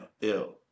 Ill